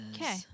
Okay